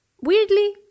weirdly